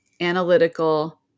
analytical